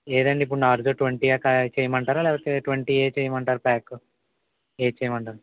ఏదండి ఇప్పుడు Narzo twenty ఆ చేయమంటారా లేకపోతే నార్జో ట్వంటీ ఏ చెయ్యమంటారా ప్యాకు ఏది చేయమంటారు